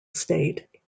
state